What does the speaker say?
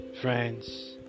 friends